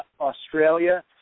Australia